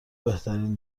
بهترین